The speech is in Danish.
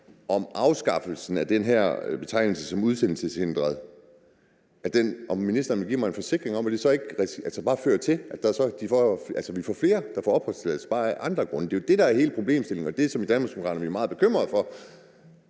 at afskaffelsen af den her betegnelse som udsendelseshindret så ikke bare fører til, at vi får flere, der får opholdstilladelse, bare af andre grunde. Det er jo det, der er hele problemstillingen, og som vi i Danmarksdemokraterne er meget bekymret for